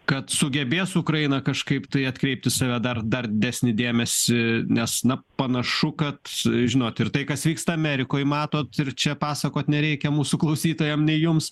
kad sugebės ukraina kažkaip tai atkreipt į save dar dar didesnį dėmesį nes na panašu kad žinot ir tai kas vyksta amerikoj matot ir čia pasakot nereikia mūsų klausytojam nei jums